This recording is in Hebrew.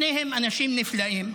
שניהם אנשים נפלאים.